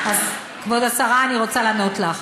כבוד השרה, אני רוצה לענות לך.